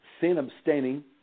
sin-abstaining